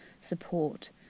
support